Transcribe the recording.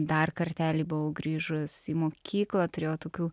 dar kartelį buvau grįžus į mokyklą turėjau tokių